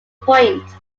point